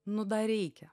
nu dar reikia